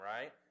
right